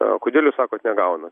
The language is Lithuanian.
o kodėl jūs sakot negaunu